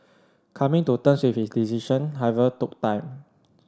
coming to terms with his decision however took time